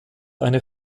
eine